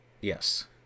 Yes